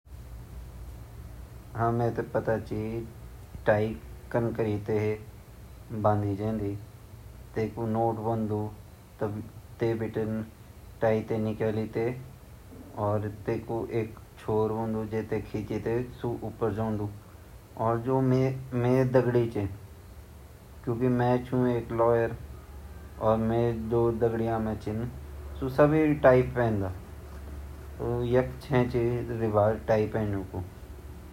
हाँ टाई बदंड ता मेते औंदे ची किलेकी मि बचपन बाटिन आपा स्कूले टाई बादन छू अर बड़ा वेते मि आपा बच्चूुँ टाई बादन छू ता टाई बदंड ता मेते भोत अच्छा तर्रिका से औन्दु, जान बयां हाथा तरफ बे छोटा उ कन अर जु दायां हाथ ची वेमा बाडा पल्ला राखी ते भित्तर बाटिन भैर निकन अर फिर वेमा गाँठ बाँदी के वेटे खींच दयान, अर मेरा अगल बगल भोत सारा लोग छिन जु टाई पेनन मेरा पापजी टाई पेनन मेरा भाई बंदु टाई पेनन जब उ ऑफिस जांड लगया रंदा के पार्टी मा जांड लगन ता उँगु टाई पेन भोत ज़रूरी वोंदु।